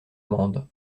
bande